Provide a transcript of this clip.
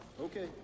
Okay